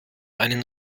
einen